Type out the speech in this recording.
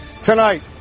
Tonight